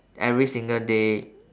every single day